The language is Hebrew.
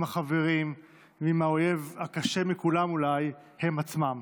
עם החברים ועם האויב הקשה מכולם, אולי, הם עצמם.